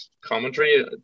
commentary